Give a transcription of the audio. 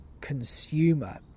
consumer